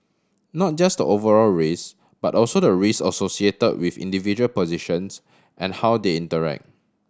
not just the overall risk but also the risk associate with individual positions and how they interact